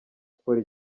sport